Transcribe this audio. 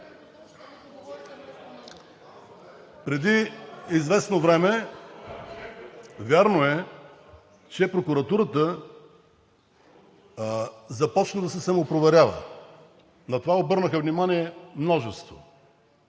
преди известно време прокуратурата започна да се самопроверява. На това обърнаха внимание множество